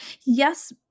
Yes